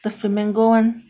the flamingo [one]